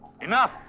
Enough